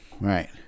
right